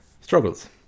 struggles